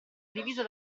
divisa